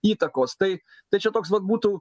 įtakos tai tai čia toks vat būtų